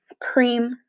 cream